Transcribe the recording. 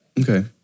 Okay